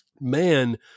man